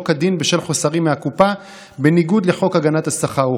כדין בשל חוסרים מהקופה בניגוד לחוק הגנת השכר,